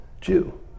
Jew